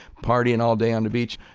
partying all day on the beach.